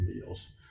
meals